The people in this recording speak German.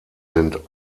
sind